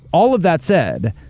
all of that said,